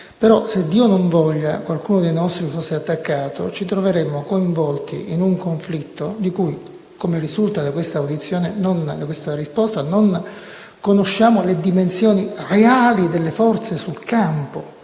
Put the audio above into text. però, Dio non voglia, qualcuno dei nostri fosse attaccato, ci troveremmo coinvolti in un conflitto di cui, come risulta da questa risposta, non conosciamo le dimensioni reali delle forze sul campo.